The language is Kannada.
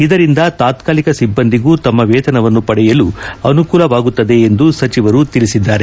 ಇದರಿಂದ ತಾತ್ಕಾಲಿಕ ಸಿಬ್ಬಂದಿಗೂ ತಮ್ಮ ವೇತನವನ್ನು ಪಡೆಯಲು ಅನುಕೂಲವಾಗುತ್ತದೆ ಎಂದು ಸಚಿವರು ತಿಳಿಸಿದ್ದಾರೆ